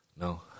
No